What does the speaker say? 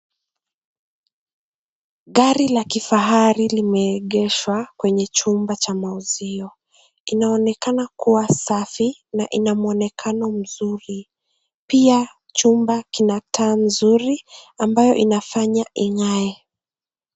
Gari la kifahari limeegeshwa kwenye jumba cha mauzio, inaonekan kuwa safi na ina muonekano mzuri, pia jumba kina taa nzuri ambayo inafanya ingae.